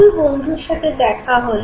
দুই বন্ধুর সাথে দেখা হলো